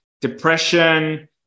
depression